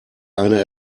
eine